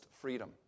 freedom